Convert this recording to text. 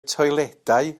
toiledau